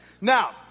now